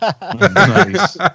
Nice